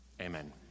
Amen